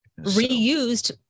reused